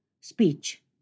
speech